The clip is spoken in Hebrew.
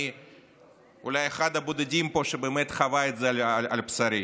אני אולי אחד הבודדים פה שבאמת חווה את זה על בשרו.